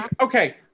Okay